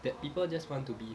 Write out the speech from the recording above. that people just want to be